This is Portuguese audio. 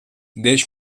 dez